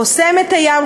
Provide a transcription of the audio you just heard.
חוסם את הים,